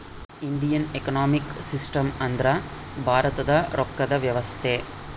Indian economic system ಅಂದ್ರ ಭಾರತದ ರೊಕ್ಕದ ವ್ಯವಸ್ತೆ